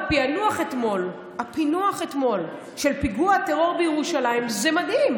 הפענוח אתמול של פיגוע הטרור בירושלים הוא מדהים.